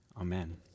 Amen